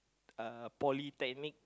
uh Polytechnic